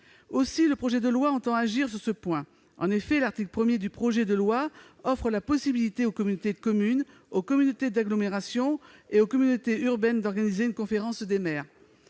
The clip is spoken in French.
loi, le Gouvernement entend agir sur ce point. En effet, l'article 1 offre la possibilité aux communautés de communes, aux communautés d'agglomération et aux communautés urbaines d'organiser une conférence des maires.